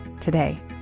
today